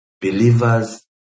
believers